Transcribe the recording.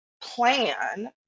plan